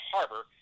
Harbor